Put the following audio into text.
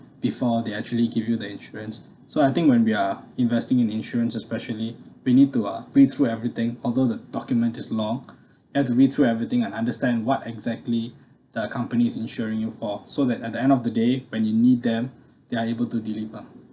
before they actually give you the insurance so I think when we are investing in insurance especially we need to uh build through everything although the document is long have to build through everything and understand what exactly the company is insuring you for so that at the end of the day when you need them they are able to deliver